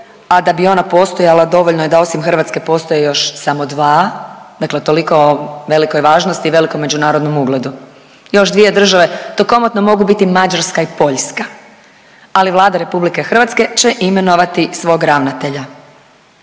a da bi ona postojala dovoljno je da osim Hrvatske postoje još samo dva. Dakle, toliko o velikoj važnosti i velikom međunarodnom ugledu. Još dvije države to komotno mogu biti Mađarska i Poljska, ali Vlada Republike Hrvatske će imenovati svog ravnatelja.